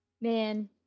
man